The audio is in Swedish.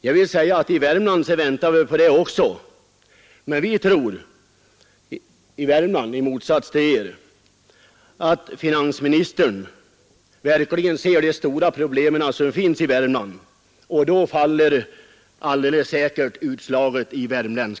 Jag vill säga att också i Värmland väntar vi på det, men vi tror — i Värmland, i motsats till vad ni tror att finansministern verkligen ser de stora problem som finns där och att utslaget därför alldeles säkert kommer att bli till Värmlands